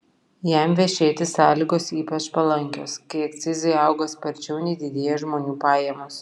jam vešėti sąlygos ypač palankios kai akcizai auga sparčiau nei didėja žmonių pajamos